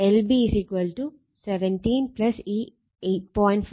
lB 17 ഈ 8